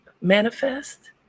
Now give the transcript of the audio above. manifest